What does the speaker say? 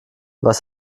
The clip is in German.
was